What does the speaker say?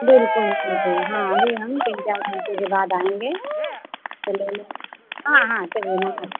बिलकुल बिलकुल हाँ अभी हम तीन चार घंटे के बाद आएँगे तो ले लेंगे हाँ हाँ चलिए नमस्ते